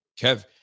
Kev